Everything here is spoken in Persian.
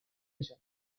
میشم